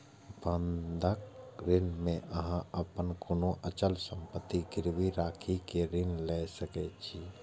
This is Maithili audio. बंधक ऋण मे अहां अपन कोनो अचल संपत्ति गिरवी राखि कें ऋण लए सकै छी